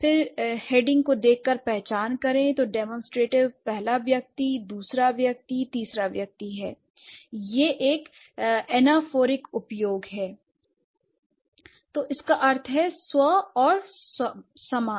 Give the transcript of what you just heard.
फिर हेडिंग को देखकर पहचान करें तो डीमानसट्रेटीवस पहला व्यक्ति दूसरा व्यक्ति तीसरा व्यक्ति है l यह एक एनाफहोरीक उपयोग है तो इसका अर्थ है स्व और समान